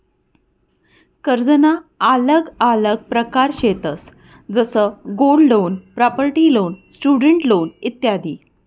कर्जना आल्लग आल्लग प्रकार शेतंस जसं gold loan, property loan, student loan इत्यादी